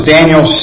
Daniel